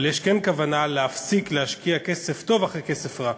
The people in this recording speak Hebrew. אבל יש כוונה להפסיק להשקיע כסף טוב אחרי כסף רע.